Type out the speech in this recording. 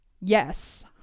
Yes